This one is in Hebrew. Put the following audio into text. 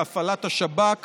להפעלת השב"כ